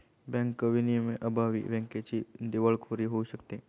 bank विनियमांअभावी बँकेची दिवाळखोरी होऊ शकते